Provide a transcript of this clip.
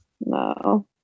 no